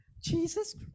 jesus